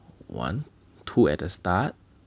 one two at the start